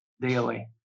daily